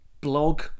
blog